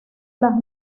las